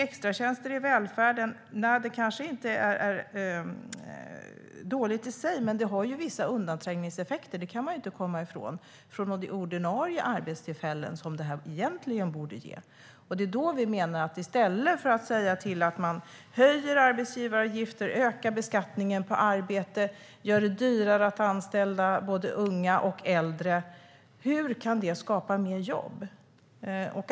Extratjänster i välfärden kanske inte är dåligt i sig, men det har vissa undanträngningseffekter - det kan man inte komma ifrån - från ordinarie arbetstillfällen, som detta egentligen borde ge. Man höjer arbetsgivaravgifter, ökar beskattningen på arbete och gör det dyrare att anställa både unga och äldre. Hur kan det skapa mer jobb?